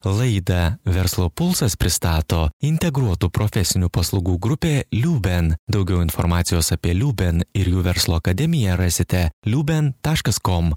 laidą verslo pulsas pristato integruotų profesinių paslaugų grupė liuben daugiau informacijos apie liuben ir jų verslo akademiją rasite liuben taškas kom